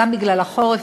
גם בגלל החורף,